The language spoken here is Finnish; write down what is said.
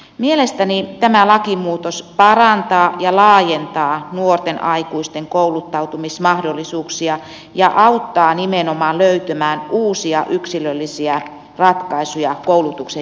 mielestäni tämä lakimuutos parantaa ja laajentaa nuorten aikuisten kouluttautumismahdollisuuksia ja auttaa nimenomaan löytämään uusia yksilöllisiä ratkaisuja koulutuksen järjestämiseen